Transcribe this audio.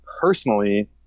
personally